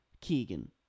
Keegan